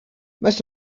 most